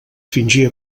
fingia